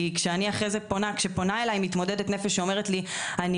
כי כשפונה אלי מתמודדת נפש שאומרת לי שהיא